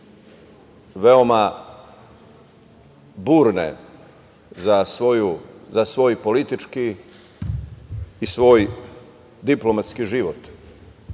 veoma burne za svoj politički i svoj diplomatski život